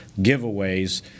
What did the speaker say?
giveaways